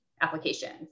applications